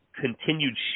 continued